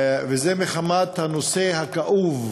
וזה מחמת הנושא הכאוב,